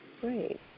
Great